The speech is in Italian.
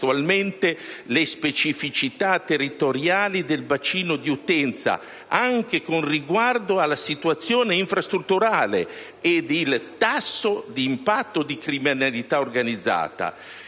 la «specificità territoriale del bacino di utenza, anche con riguardo alla situazione infrastrutturale» ed il «tasso di impatto della criminalità organizzata».